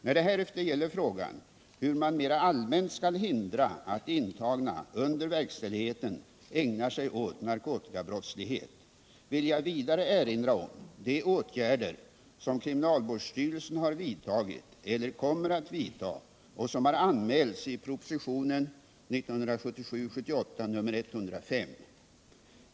När det härefter gäller frågan hur man mera allmänt skall hindra att intagna under verkställigheten ägnar sig åt narkotikabrottslighet, vill jag vidare erinra om de åtgärder som kriminalvårdsstyrelsen har vidtagit eller kommer att vidta och som har anmälts i propositionen 1977/78:105.